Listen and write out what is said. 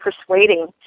persuading